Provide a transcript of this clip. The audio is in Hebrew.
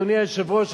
אדוני היושב-ראש,